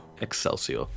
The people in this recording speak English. excelsior